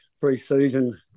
pre-season –